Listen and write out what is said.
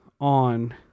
on